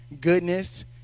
goodness